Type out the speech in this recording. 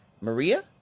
Maria